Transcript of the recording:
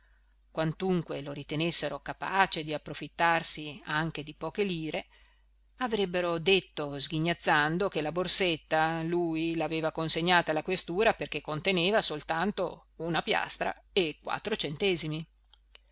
quantunque lo ritenessero capace di approfittarsi anche di poche lire avrebbero detto sghignazzando che la borsetta lui l'aveva consegnata alla questura perché conteneva soltanto una piastra e quattro centesimi